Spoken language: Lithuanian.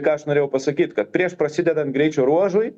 ką aš norėjau pasakyt kad prieš prasidedant greičio ruožui